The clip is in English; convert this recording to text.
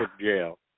jail